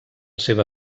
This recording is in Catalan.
seva